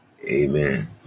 Amen